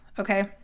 okay